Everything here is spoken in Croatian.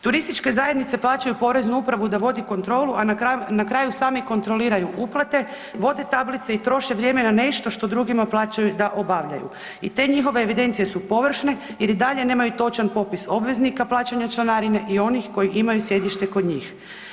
Turističke zajednice plaćaju Poreznu upravu da vodi kontrolu, a na kraju sami kontroliraju uplate, vode tablice i troše vrijeme na nešto što drugima plaćaju da obavljaju i te njihove evidencije su površne jer i dalje nemaju točan popis obveznika plaćanja članarine i onih koji imaju sjedište kod njih.